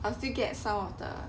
I will still get some of the